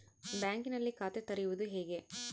ಬ್ಯಾಂಕಿನಲ್ಲಿ ಖಾತೆ ತೆರೆಯುವುದು ಹೇಗೆ?